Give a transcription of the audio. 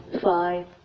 five